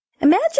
Imagine